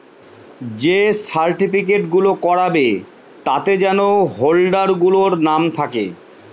যে সার্টিফিকেট গুলো করাবে তাতে যেন হোল্ডার গুলোর নাম থাকে